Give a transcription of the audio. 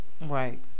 Right